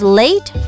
late